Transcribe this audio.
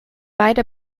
beide